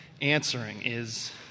answering—is